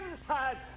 inside